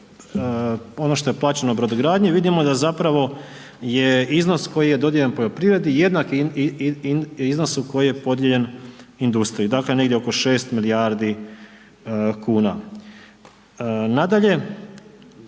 ono što je plaćeno brodogradnji vidimo da zapravo je iznos koji je dodijeljen poljoprivredi jednaki iznosu koji je podijeljen industriji. Dakle, negdje oko 6 milijardi kuna. Nadalje,